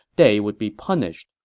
they would be punished.